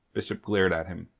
bishop glared at him